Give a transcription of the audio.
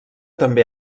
també